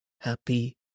happy